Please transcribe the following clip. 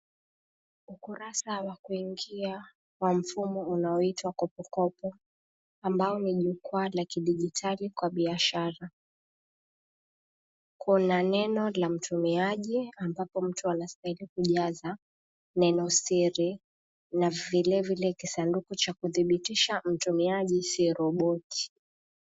Ukurasa wa kuingia wa mfumo unaoitwa kopokopo ambao ni jukwaa la kidigitali kwa biashara. Kuna neno la mtumiaji ambapo mtu anastahili kujaza, nenosiri na vilevile kisanduku cha kudhibitisha mtumiaji si roboti.